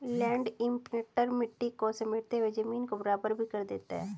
land imprinter मिट्टी को समेटते हुए जमीन को बराबर भी कर देता है